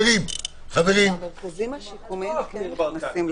המרכזים השיקומיים כן נכנסים,